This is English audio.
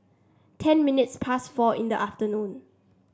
ten minutes past four in the afternoon